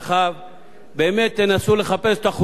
באמת תנסו לחפש את החולשות של הממשלה.